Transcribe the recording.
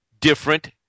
different